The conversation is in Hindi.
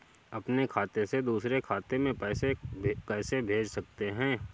अपने खाते से दूसरे खाते में पैसे कैसे भेज सकते हैं?